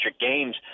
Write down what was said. games